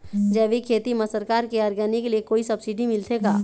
जैविक खेती म सरकार के ऑर्गेनिक ले कोई सब्सिडी मिलथे का?